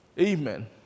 Amen